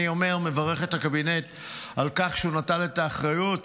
אני מברך את הקבינט על כך שהוא נטל את האחריות,